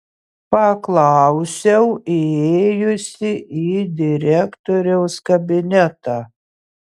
paklausiau įėjusi į direktoriaus kabinetą